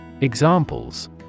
Examples